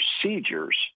procedures